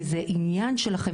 כי זה עניין שלכם,